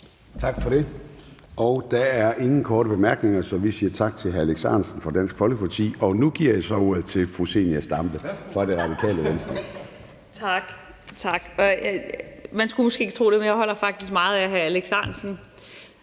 Tak for det. Der er ingen korte bemærkninger, så vi siger tak til hr. Alex Ahrendtsen fra Dansk Folkeparti. Og nu giver jeg så ordet til fru Zenia Stampe fra Radikale Venstre. Kl. 16:37 (Ordfører) Zenia Stampe (RV): Tak. Man skulle måske ikke tro det, men jeg holder faktisk meget af hr. Alex Ahrendtsen.